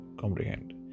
comprehend